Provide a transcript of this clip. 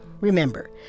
Remember